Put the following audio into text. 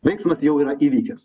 veiksmas jau yra įvykęs